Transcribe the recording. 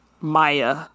Maya